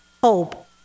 hope